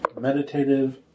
meditative